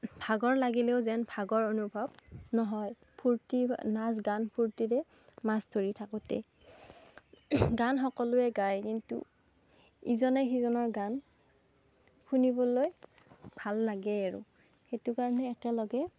ভাগৰ লাগিলেও যেন ভাগৰ অনুভৱ নহয় ফুৰ্তি নাচ গান ফুৰ্তিৰে মাছ ধৰি থাকোঁতে গান সকলোৱে গাই কিন্তু ইজনে সিজনৰ গান শুনিবলৈ ভাল লাগে আৰু সেইটো কাৰণে একেলগে